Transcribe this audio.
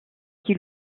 qui